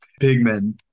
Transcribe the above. pigmen